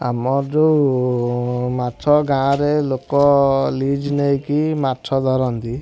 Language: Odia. ଆମର ଯେଉଁ ମାଛ ଗାଁରେ ଲୋକ ଲିଜ୍ ନେଇକି ମାଛ ଧରନ୍ତି